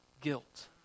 guilt